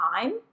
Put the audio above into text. time